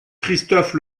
christophe